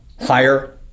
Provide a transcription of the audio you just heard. higher